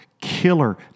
killer